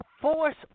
force